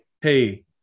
hey